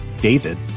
David